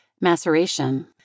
Maceration